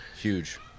huge